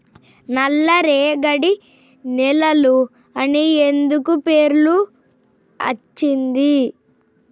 నల్లరేగడి నేలలు అని ఎందుకు పేరు అచ్చింది?